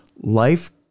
life